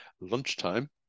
lunchtime